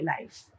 life